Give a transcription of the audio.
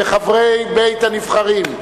וחברי בית-הנבחרים.